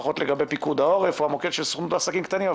לפחות לגבי פיקוד העורף או המוקד של הסוכנות לעסקים קטנים.